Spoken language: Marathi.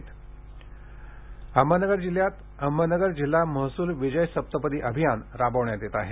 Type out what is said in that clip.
महसूल अभियान अहमदनगर जिल्ह्यात अहमदनगर जिल्हा महसूल विजय सप्तपदी अभियान राबविण्यात येण्यात आहे